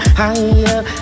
higher